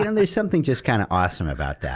and there's something just kind of awesome about that.